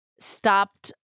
stopped